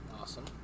Awesome